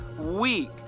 week